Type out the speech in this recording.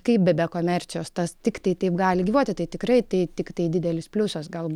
kaip be be komercijos tas tiktai taip gali gyvuoti tai tikrai tai tiktai didelis pliusas galbūt